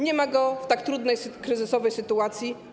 Nie ma go w tak trudnej, kryzysowej sytuacji.